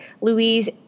Louise